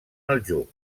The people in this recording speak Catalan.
aljub